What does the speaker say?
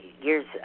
years